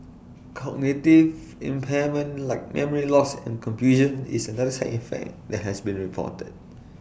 cognitive impairment like memory loss and confusion is another side effect that has been reported